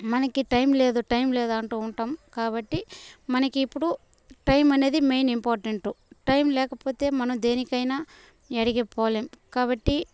మనకి టైం లేదు టైం లేదు అంటూ ఉంటాం కాబట్టి మనకి ఇప్పుడు టైం అనేది మెయిన్ ఇంపార్టెంటు టైం లేకపోతే మనం దేనికైనా యాడికి పోలేం కాబట్టి